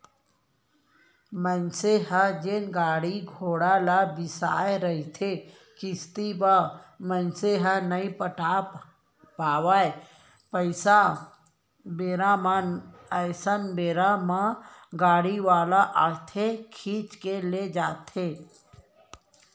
मनसे ह जेन गाड़ी घोड़ा ल बिसाय रहिथे किस्ती म मनसे ह नइ पटा पावय पइसा बेरा म अइसन बेरा म गाड़ी वाले ह आके खींच के लेग जाथे